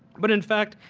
but in fact,